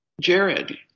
Jared